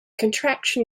contraction